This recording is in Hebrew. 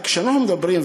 רק שאנחנו מדברים,